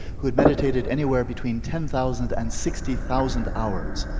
who had meditated anywhere between ten thousand and sixty thousand hours.